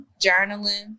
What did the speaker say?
journaling